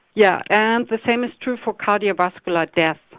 yeah and the same is true for cardiovascular death.